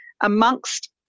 amongst